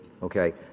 Okay